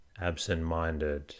absent-minded